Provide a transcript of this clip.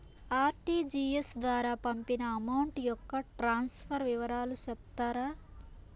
RTGS ద్వారా పంపిన amount యొక్క ట్రాన్స్ఫర్ వివరాలు సెప్తారా